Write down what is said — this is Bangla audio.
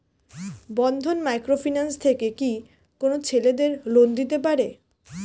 বন্ধন মাইক্রো ফিন্যান্স থেকে কি কোন ছেলেদের লোন দিতে পারে?